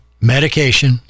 Medication